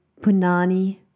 punani